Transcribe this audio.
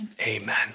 Amen